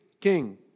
king